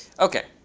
ok.